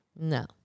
No